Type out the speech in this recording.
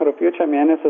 rugpjūčio mėnesį